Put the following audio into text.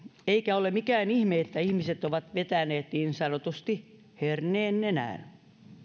eikä ole mikään ihme että ihmiset ovat vetäneet niin sanotusti herneen nenään